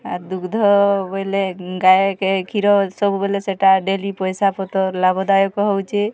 ଆର୍ ଦୁଗ୍ଧ ବଏଲେ ଗାଏକେ କ୍ଷୀର ସବୁବେଲେ ସେଟା ଡେଲି ପଇସା ପତର୍ ଲାଭଦାୟକ ହଉଚି